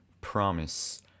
promise